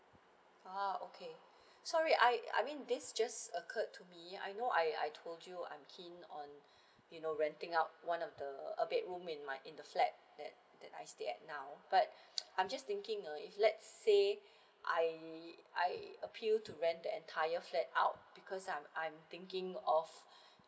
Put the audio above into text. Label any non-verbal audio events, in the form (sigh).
ah okay (breath) sorry I I mean this just occurred to me I know I I told you I'm keen on (breath) you know renting out one of the uh bedroom in my in the flat that that I stay at now but I'm just thinking uh if let's say (breath) I I appeal to rent the entire flat out because I'm I'm thinking of (breath)